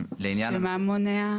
שמה מונע?